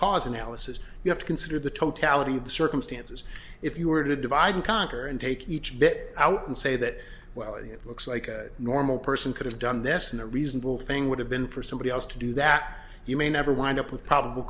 cause analysis you have to consider the totality of the circumstances if you were to divide and conquer and take each bit out and say that well you looks like a normal person could have done this in a reasonable thing would have been for somebody else to do that you may never wind up with probable